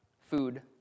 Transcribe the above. food